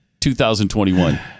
2021